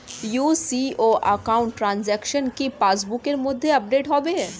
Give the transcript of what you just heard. UCO account transaction কি pass বুকের মধ্যে আপডেট হবে?